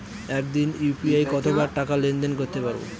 একদিনে ইউ.পি.আই কতবার টাকা লেনদেন করতে পারব?